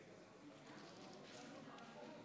אדוני.